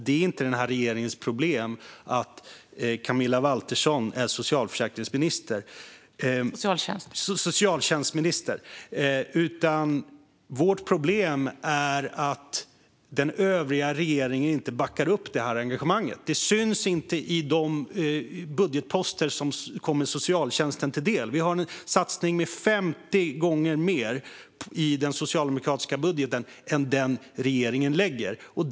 Det är inte den här regeringens problem att Camilla Waltersson är socialtjänstminister, utan vårt problem är att den övriga regeringen inte backar upp engagemanget. Det syns inte i de budgetposter som kommer socialtjänsten till del. I den socialdemokratiska budgeten är satsningen 50 gånger större än i den budget regeringen lägger fram.